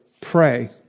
pray